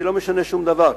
אני לא משנה שום דבר,